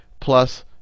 plus